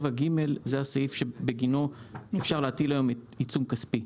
7(ג) זה הסעיף שבגינו אפשר להטיל היום עיצום כספי,